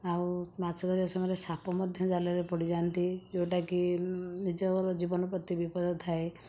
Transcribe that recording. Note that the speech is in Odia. ଆଉ ମାଛ ଧରିବା ସମୟରେ ସାପ ମଧ୍ୟ ଜାଲରେ ପଡ଼ିଯାଆନ୍ତି ଯେଉଁଟାକି ନିଜର ଜୀବନ ପ୍ରତି ବିପଦ ଥାଏ